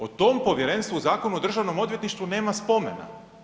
O tom povjerenstvu u Zakonu o Državnom odvjetništvu nema spomena.